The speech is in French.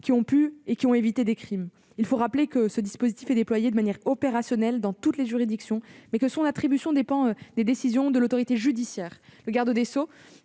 qui ont permis d'éviter des crimes. Il faut rappeler que ce dispositif est déployé de manière opérationnelle dans toutes les juridictions, mais que son attribution dépend des décisions de l'autorité judiciaire.